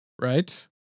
right